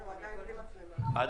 עדיין בלי מצלמה.